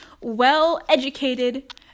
well-educated